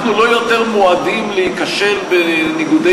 אנחנו לא יותר מועדים להיכשל בניגודי